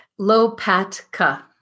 Lopatka